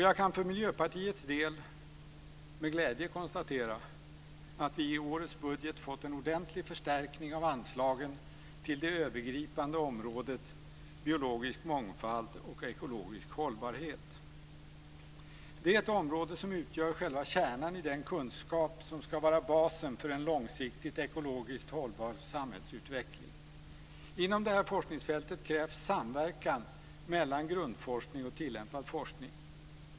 Jag kan för Miljöpartiets del med glädje konstatera att vi i årets budget fått en ordentlig förstärkning av anslagen till det övergripande området biologisk mångfald och ekologisk hållbarhet. Det är ett område som utgör själva kärnan i den kunskap som ska vara basen för en långsiktigt ekologiskt hållbar samhällsutveckling. Inom det här forskningsfältet krävs samverkan mellan grundforskning och tillämpad forskning.